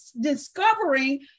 discovering